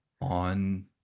On